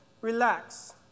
relax